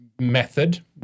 method